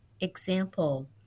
example